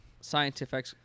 scientific